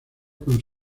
con